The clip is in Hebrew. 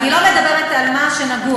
אני לא מדברת על מה שנגוע,